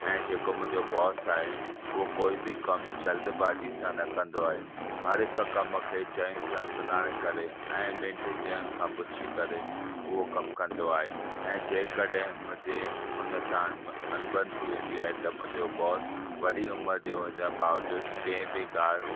ऐं जेको मुंहिंजो बॉस आहे उहो कोई बि कमु जल्दबाज़ी सां न कंदो आहे हर हिक कम खे चंङी तरह सुञाणे करे ऐं ॿिनि टिनि ॼणनु खां पुछी करे उहो कमु कंदो आहे ऐं जेकॾहिं मुंहिंजे हुन सां अन अन बन थी वेंदी आहे त मुंहिंजो बॉस वॾी उमरु जो हुजण जे बावजूद कंहिं बि ॻाल्हि